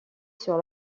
sur